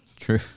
True